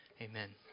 amen